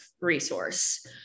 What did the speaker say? resource